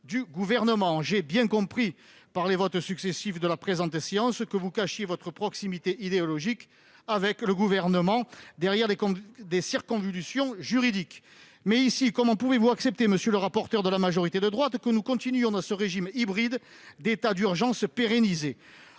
J'ai bien compris, au vu des votes successifs intervenus cet après-midi, que vous cachiez votre proximité idéologique avec le Gouvernement derrière des circonvolutions juridiques. Comment pouvez-vous accepter, monsieur le rapporteur de la majorité de droite, que nous continuions à vivre dans ce régime hybride d'état d'urgence pérennisé ?